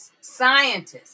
scientists